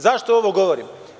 Zašto ovo govorim?